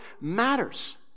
matters